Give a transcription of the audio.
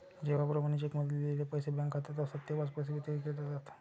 जेव्हा प्रमाणित चेकमध्ये लिहिलेले पैसे बँक खात्यात असतात तेव्हाच पैसे वितरित केले जातात